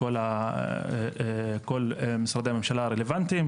ולהביא שנת מעבר לכל הצעירים הערבים עוד כמה שנים